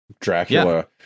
Dracula